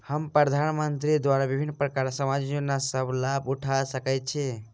हम प्रधानमंत्री द्वारा विभिन्न प्रकारक सामाजिक योजनाक लाभ उठा सकै छी?